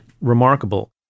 remarkable